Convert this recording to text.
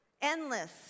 Endless